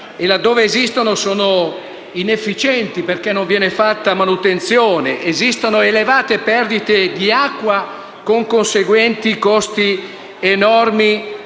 Laddove esistono sono inefficienti, perché non viene fatta manutenzione. Esistono elevate perdite di acqua, con conseguenti costi enormi